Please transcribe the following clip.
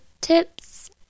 tips